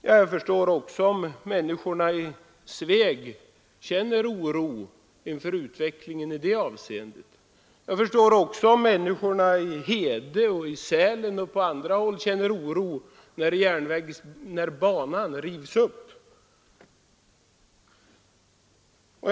Jag förstår om människorna i Sveg känner oro inför utvecklingen i det avseendet. Jag förstår likaså om människorna i Hede, i Sälen och på andra håll känner oro när inlandsbanan rivs upp.